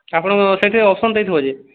ଆପଣଙ୍କ ସେଠି ଅପସନ୍ ଦେଇଥିବ ଯେ